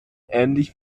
ähnlich